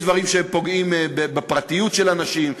יש דברים שפוגעים בפרטיות של אנשים,